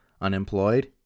Unemployed